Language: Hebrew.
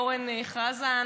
אורן חזן,